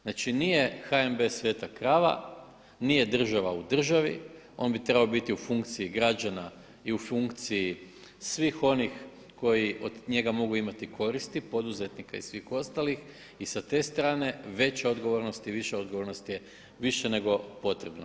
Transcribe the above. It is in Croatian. Znači nije HNB sveta krava, nije država u državi, on bi trebao biti u funkciji građana i u funkciji svih onih koji od njega mogu imati koristi, poduzetnika i svih ostalih i sa te strane veću odgovornost i viša odgovornost je više nego potrebna.